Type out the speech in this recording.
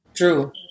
True